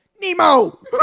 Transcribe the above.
Nemo